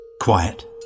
Quiet